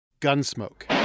Gunsmoke